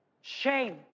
Shame